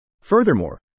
Furthermore